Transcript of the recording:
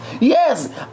Yes